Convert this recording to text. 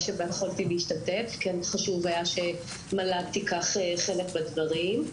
בה התאפשר לי להשתתף וחשוב היה למל"ג לקחת חלק בדברים.